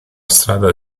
strada